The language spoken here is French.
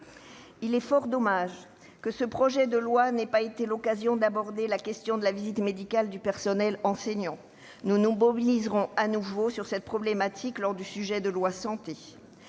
Il est fort dommage ce projet de loi n'ait pas été l'occasion d'aborder la question de la visite médicale du personnel enseignant. Nous nous mobiliserons de nouveau sur cette problématique lors de l'examen